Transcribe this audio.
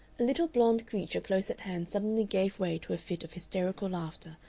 a little blond creature close at hand suddenly gave way to a fit of hysterical laughter,